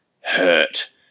hurt